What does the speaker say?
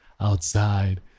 outside